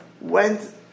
went